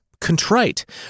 contrite